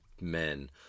men